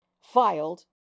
filed